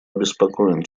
обеспокоен